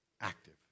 active